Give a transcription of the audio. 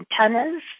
antennas